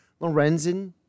Lorenzen